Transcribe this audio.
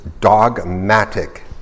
Dogmatic